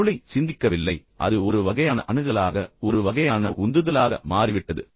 மூளை சிந்திக்கவில்லை அது ஒரு வகையான அணுகலாக ஒரு வகையான உந்துதலாக மாறிவிட்டது